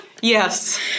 Yes